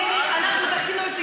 את רוצה לדחות את זה?